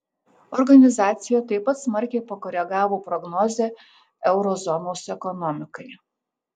organizacija taip pat smarkiai pakoregavo prognozę euro zonos ekonomikai